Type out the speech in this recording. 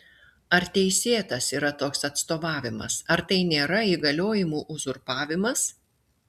ar teisėtas yra toks atstovavimas ar tai nėra įgaliojimų uzurpavimas